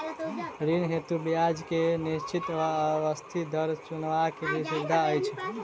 ऋण हेतु ब्याज केँ निश्चित वा अस्थिर दर चुनबाक सुविधा अछि